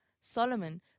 Solomon